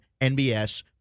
NBS